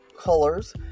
colors